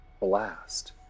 blast